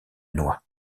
noix